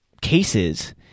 cases